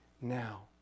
now